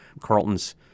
Carlton's